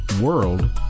world